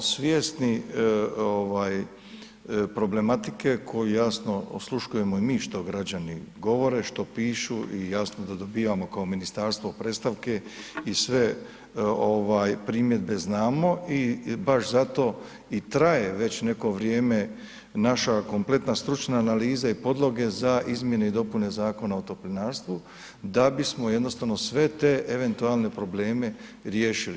Mi smo svjesni ovaj problematike koju jasno osluškujemo i mi što građani govore, što pišu i jasno da dobivamo kao ministarstvo predstavke i sve ovaj primjedbe znamo i baš zato i traje već neko vrijeme naša kompletna stručna analiza i podloge za izmjene i dopune Zakona o toplinarstvu da bismo jednostavno sve te eventualne probleme riješili.